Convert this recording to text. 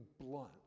blunt